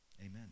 amen